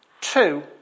two